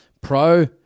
pro